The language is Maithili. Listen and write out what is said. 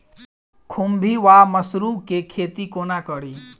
खुम्भी वा मसरू केँ खेती कोना कड़ी?